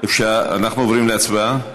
אנחנו עוברים להצבעה?